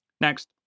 Next